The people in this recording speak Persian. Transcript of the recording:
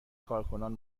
کارکنان